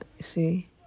see